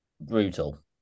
brutal